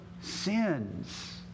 sins